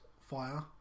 fire